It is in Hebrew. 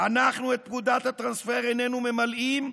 אנחנו את פקודת הטרנספר איננו ממלאים,